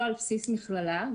לא על בסיס מכללה,